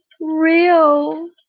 real